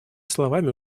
словами